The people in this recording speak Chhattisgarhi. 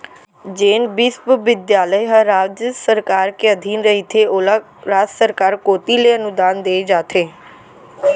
जेन बिस्वबिद्यालय ह राज सरकार के अधीन रहिथे ओला राज सरकार कोती ले अनुदान देय जाथे